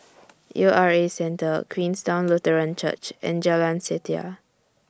U R A Centre Queenstown Lutheran Church and Jalan Setia